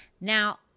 Now